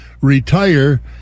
retire